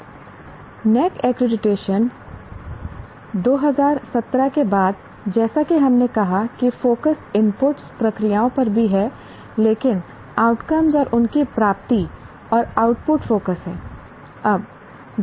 अब NAAC accreditation post 2017 जैसा कि हमने कहा कि फोकस इनपुट्स प्रक्रियाओं पर भी है लेकिन आउटकम और उनकी प्राप्ति और आउटपुट फोकस है